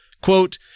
quote